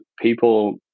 people